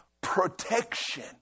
protection